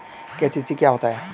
KCC क्या होता है?